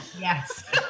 yes